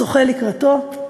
שוחה לקראתו,